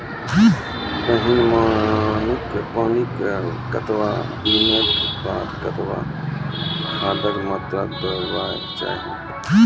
पहिल पानिक कतबा दिनऽक बाद कतबा खादक मात्रा देबाक चाही?